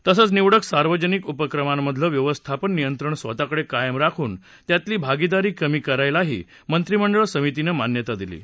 तसंच निवडक सार्वजनिक उपक्रमांमधलं व्यवस्थापन नियंत्रण स्वतःकडे कायम राखून त्यातली भागीदारी कमी करायलाही मंत्रिमंडळ समितीनं मान्यता दिली आहे